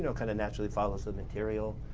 you know kind of naturally follows the material.